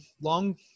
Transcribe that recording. long